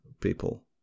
people